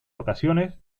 ocasiones